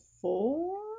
four